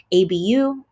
ABU